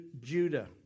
Judah